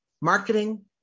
marketing